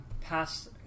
past